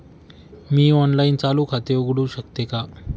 मी online चालू खाते उघडू शकते का?